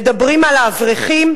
מדברים על האברכים,